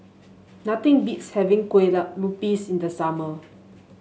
nothing beats having Kue Lupis in the summer